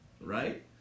right